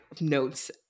notes